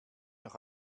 noch